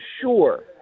sure